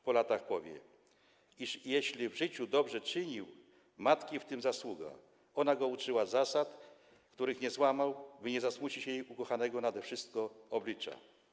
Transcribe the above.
Po latach powie: jeśli w życiu dobrze czynił, matki w tym zasługa, ona go uczyła zasad, których nie złamał, by nie zasmuć jej ukochanego nade wszystko oblicza.